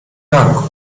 dank